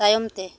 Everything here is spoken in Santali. ᱛᱟᱭᱚᱢᱛᱮ